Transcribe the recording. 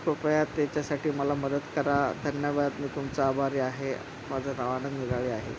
कृपया त्याच्यासाठी मला मदत करा धन्यवाद मी तुमचा आभारी आहे माझं नाव आनंद निर्हाळे आहे